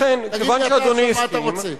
כיוון שאדוני הסכים,